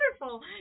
wonderful